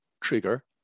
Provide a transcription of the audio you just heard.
trigger